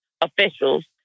officials